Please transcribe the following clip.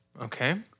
Okay